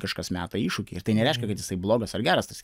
kažkas meta iššūkį ir tai nereiškia kad jisai blogas ar geras tas